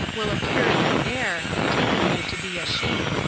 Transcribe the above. will appear in the air, taking you to be a sheep.